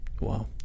Wow